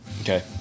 okay